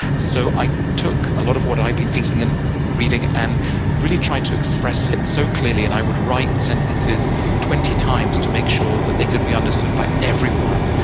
so i took a lot of what i'd been thinking and reading, and really tried to express it so clearly. and i would write sentences twenty times to make sure that they could be understood by everyone.